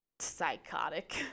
psychotic